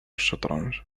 الشطرنج